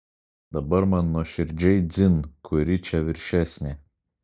dabar man nuoširdžiai dzin kuri čia viršesnė